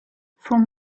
from